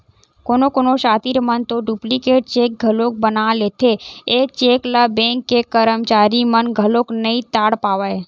कोनो कोनो सातिर मन तो डुप्लीकेट चेक घलोक बना लेथे, ए चेक ल बेंक के करमचारी मन घलो नइ ताड़ पावय